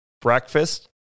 Breakfast